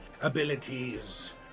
abilities